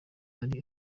hari